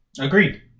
Agreed